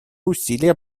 усилия